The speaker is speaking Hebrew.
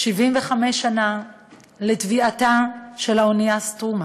75 שנה לטביעתה של האונייה "סטרומה",